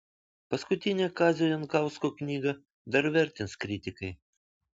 paskutinę kazio jankausko knygą dar įvertins kritikai